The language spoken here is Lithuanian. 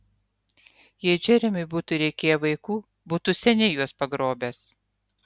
jei džeremiui būtų reikėję vaikų būtų seniai juos pagrobęs